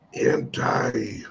anti